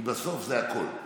כי בסוף זה הכול.